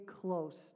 close